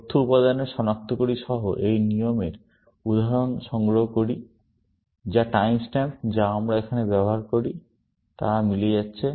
তথ্য উপাদানের শনাক্তকারী সহ এই নিয়মের উদাহরণ সংগ্রহ করি যা টাইম স্ট্যাম্প যা আমরা এখানে ব্যবহার করি তারা মিলে যাচ্ছে